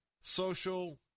social